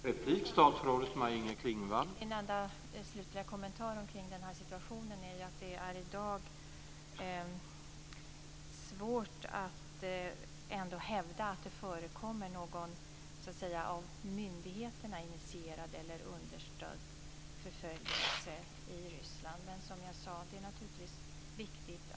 Herr talman! Min enda slutliga kommentar kring situationen är att det i dag är svårt att hävda att det förekommer någon av myndigheterna initierad eller understödd förföljelse i Ryssland.